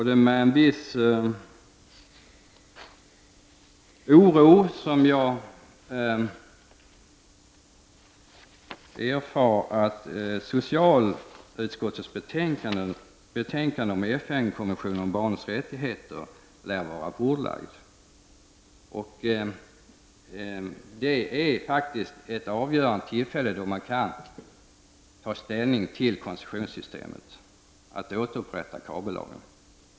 Det är med en viss oro som jag erfar att socialutskottets betänkande om FN-koncessionen om barnens rättigheter lär vara bordlagt. Det gäller här faktiskt ett avgörande tillfälle då man kan ta ställning till koncessionssystemet och återupprätta kabellagen.